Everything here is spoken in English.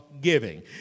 giving